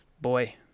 boy